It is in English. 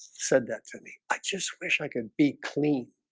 said that to me, i just wish i could be clean